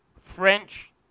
French